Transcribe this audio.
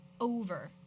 over